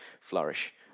flourish